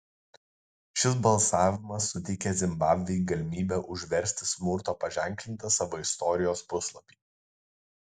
šis balsavimas suteikė zimbabvei galimybę užversti smurto paženklintą savo istorijos puslapį